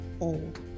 old